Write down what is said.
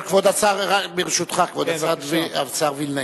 ברשותך, כבוד השר וילנאי,